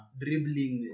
dribbling